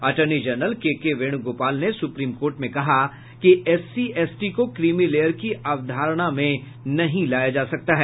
attorney general K K Venugopal ने supreme court में कहा कि एससी एसटी को क्रीमीलेयर की अवधारणा में नहीं लाया जा सकता है